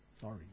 Sorry